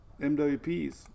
MWPs